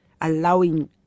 allowing